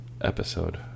episode